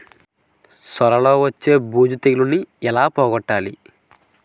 సొర లో వచ్చే బూజు తెగులని ఏల పోగొట్టాలి?